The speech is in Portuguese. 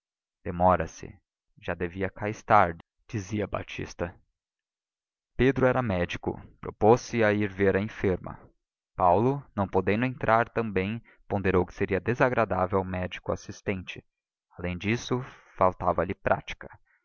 demora se já devia cá estar dizia batista pedro era médico propôs-se a ir ver a enferma paulo não podendo entrar também ponderou que seria desagradável ao médico assistente além disso faltava-lhe prática